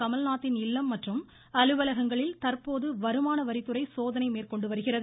கமல்நாத்தின் இல்லம் மற்றும் அலுவலகங்களில் தற்போது வருமான வரித்துறை சோதனை மேற்கொண்டு வருகிறது